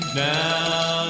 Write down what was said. now